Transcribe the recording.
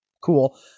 cool